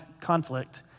conflict